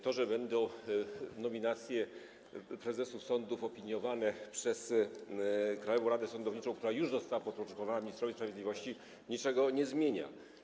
To, że będą nominacje prezesów sądów opiniowane przez Krajową Radę Sądownictwa, która już została podporządkowana ministrowi sprawiedliwości, niczego nie zmienia.